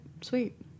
Sweet